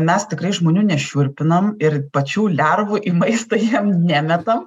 mes tikrai žmonių nešiurpinam ir pačių lervų į maistą jiem nemetam